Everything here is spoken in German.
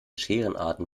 scherenarten